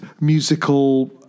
musical